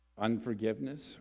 unforgiveness